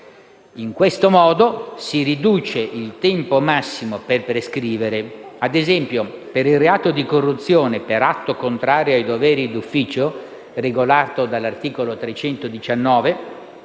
In questo modo si riduce il tempo massimo per prescrivere. Ad esempio, per il reato di corruzione per atto contrario ai doveri d'ufficio, regolato dall'articolo 319